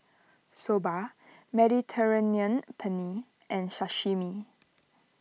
Soba Mediterranean Penne and Sashimi